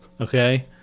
Okay